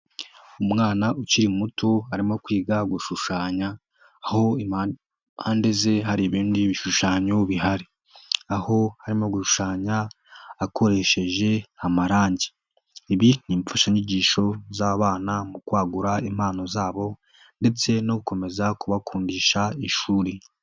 Umwana ukiri muto arimo kwiga gushushanya, aho impande ze hari ibindi bishushanyo bihari, aho arimo gushushanya akoresheje amarangi, ibi ni imfashanyigisho z'abana mu kwagura impano zabo ndetse no gukomeza kubakundisha ishuri.